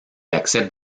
accepte